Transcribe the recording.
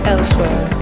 Elsewhere